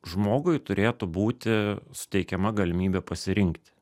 žmogui turėtų būti suteikiama galimybė pasirinkti